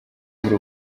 muri